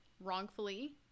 wrongfully